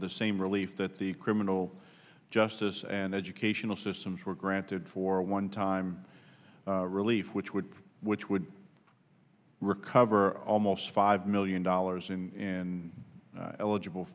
the same relief that the criminal justice and educational systems were granted for a one time relief which would which would recover almost five million dollars in eligible